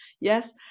Yes